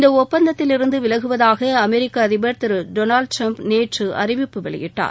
இந்த ஒப்பந்தத்திலிருந்து விலகுவதாக அமெரிக்க அதிபர் திரு டொனால்டு டிரம்ப் நேற்று அறிவிப்பு வெளியிட்டார்